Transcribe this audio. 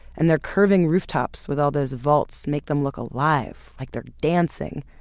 and they're curving rooftops with all those volts, make them look alive, like they're dancing.